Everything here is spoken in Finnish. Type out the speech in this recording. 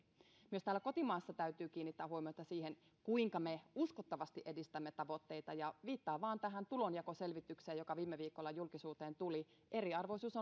myös täällä kotimaassa täytyy kiinnittää huomiota siihen kuinka me uskottavasti edistämme tavoitteita viittaan vain tähän tulonjakoselvitykseen joka viime viikolla julkisuuteen tuli eriarvoisuus